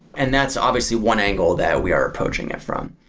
and that's obviously one angle that we are approaching it from.